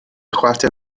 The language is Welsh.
chwarter